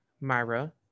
myra